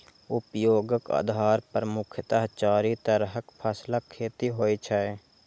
उपयोगक आधार पर मुख्यतः चारि तरहक फसलक खेती होइ छै